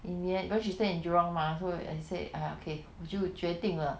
in the end because she stay in jurong mah so I said !aiya! okay 我就决定了